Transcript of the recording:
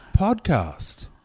podcast